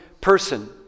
person